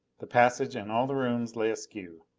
the passage and all the rooms lay askew.